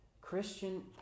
Christian